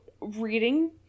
reading